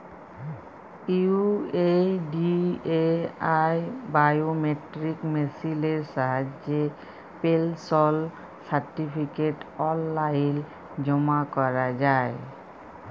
UIDAI biometric মেসিলের সাহায্যে personal certificate অললাইল জমা ক্যরা যায়